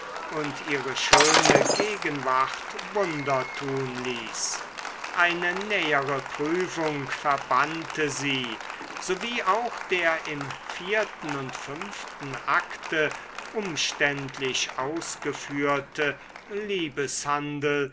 und ihre schöne gegenwart wunder tun ließ eine nähere prüfung verbannte sie so wie auch der im vierten und fünften akte umständlich ausgeführte